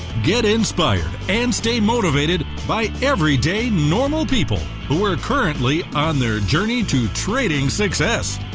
get inspired and stay motivated by everyday normal people who are currently on their journey to trading success.